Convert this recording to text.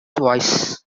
voice